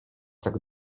tak